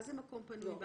מה זה מקום פנוי?